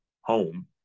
home